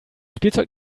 spielzeug